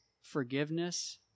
forgiveness